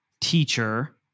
teacher